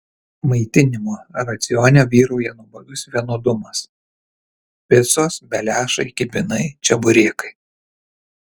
maitinimo racione vyrauja nuobodus vienodumas picos beliašai kibinai čeburekai